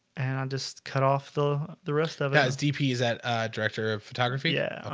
and i just cut off the the rest of that is dp. is that director of photography? yeah,